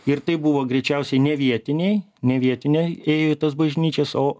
ir tai buvo greičiausiai ne vietiniai nevietiniai ėjo į tas bažnyčias o